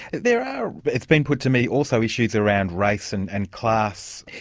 there are, it's been put to me, also issues around race and and class.